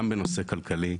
גם בנושא הכלכלי.